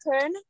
turn